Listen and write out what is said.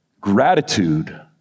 Gratitude